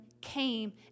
came